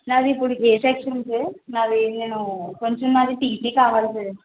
నాది ఇప్పుడు ఏ సెక్షన్ సార్ నాది నేను కొంచెం నాది టీసి కావాలి సార్